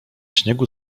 śniegu